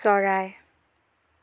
চৰাই